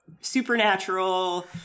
supernatural